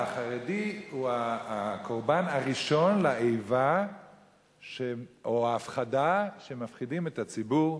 החרדי הוא הקורבן הראשון לאיבה או להפחדה שמפחידים את הציבור,